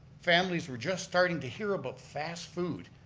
families were just starting to hear about fast food.